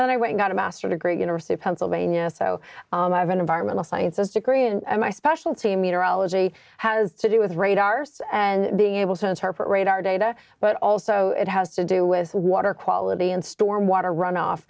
and i went and got a master's a great university of pennsylvania so i have an environmental sciences degree and my specialty meteorology has to do with radars and being able to interpret radar data but also it has to do with water quality and storm water runoff